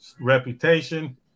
reputation